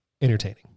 entertaining